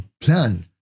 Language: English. plan